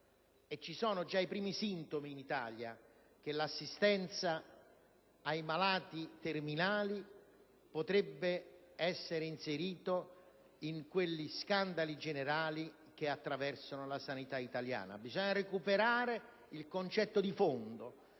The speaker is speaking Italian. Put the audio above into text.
vi sono già i primi sintomi: l'assistenza ai malati terminali potrebbe essere inserita in quegli scandali generali che attraversano la sanità italiana. Bisogna recuperare il concetto di fondo,